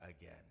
again